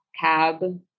cab